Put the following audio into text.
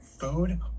food